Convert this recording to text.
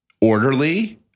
orderly